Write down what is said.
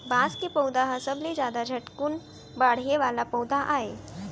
बांस के पउधा ह सबले जादा झटकुन बाड़हे वाला पउधा आय